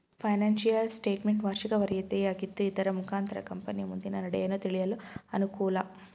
financial statement ವಾರ್ಷಿಕ ವರದಿಯಾಗಿದ್ದು ಇದರ ಮುಖಾಂತರ ಕಂಪನಿಯ ಮುಂದಿನ ನಡೆಯನ್ನು ತಿಳಿಯಲು ಅನುಕೂಲ